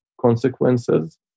consequences